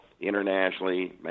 internationally